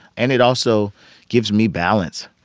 and it also gives me balance